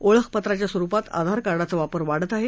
ओळखपत्राच्या स्वरुपात आधारकार्डाचा वापर वाढत आहे